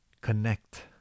connect